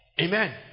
Amen